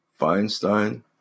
Feinstein